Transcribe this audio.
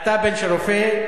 אתה בן של רופא,